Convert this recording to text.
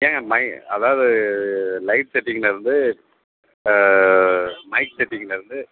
ஏங்க மை அதாவது லைட் செட்டிங்லருந்து மைக் செட்டிங்லருந்து